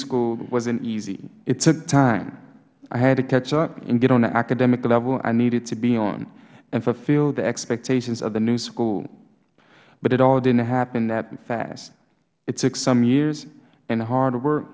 school wasn't easy it took time i had to catch up and get on the academic level i needed to be on and fulfill the expectations of the new school but it all didn't happen that fast it took some years and hard work